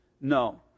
No